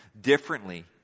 differently